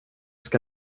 ska